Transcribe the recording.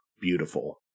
beautiful